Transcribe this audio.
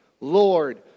Lord